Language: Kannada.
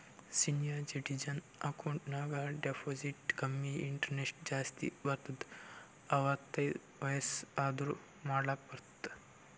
ಸೀನಿಯರ್ ಸಿಟಿಜನ್ ಅಕೌಂಟ್ ನಾಗ್ ಡೆಪೋಸಿಟ್ ಕಮ್ಮಿ ಇಂಟ್ರೆಸ್ಟ್ ಜಾಸ್ತಿ ಬರ್ತುದ್ ಅರ್ವತ್ತ್ ವಯಸ್ಸ್ ಆದೂರ್ ಮಾಡ್ಲಾಕ ಬರ್ತುದ್